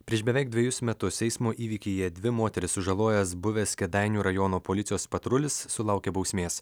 prieš beveik dvejus metus eismo įvykyje dvi moteris sužalojęs buvęs kėdainių rajono policijos patrulis sulaukė bausmės